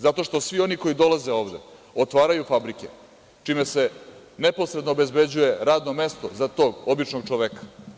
Zato što svi oni koji dolaze ovde otvaraju fabrike, čime se neposredno obezbeđuje radno mesto za tog običnog čoveka.